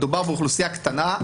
מדובר באוכלוסייה קטנה,